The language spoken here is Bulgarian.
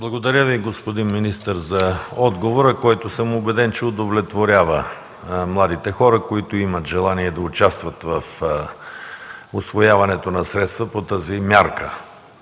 Благодаря, господин министър, за отговора, който, убеден съм, че удовлетворява младите хора, които имат желание да участват в усвояването на средства по тази мярка.